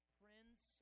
prince